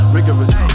Rigorous